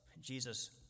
Jesus